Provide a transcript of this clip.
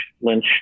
Lynch